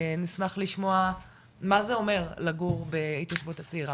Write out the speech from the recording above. נשמח לשמוע, מה זה אומר, לגור בהתיישבות הצעירה?